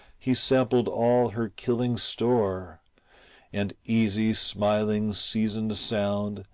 he sampled all her killing store and easy, smiling, seasoned sound,